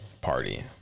party